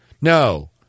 No